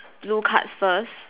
blue cards first